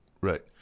Right